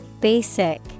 basic